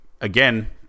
again